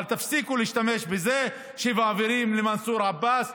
אבל תפסיקו להשתמש בזה שמעבירים למנסור עבאס,